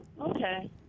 Okay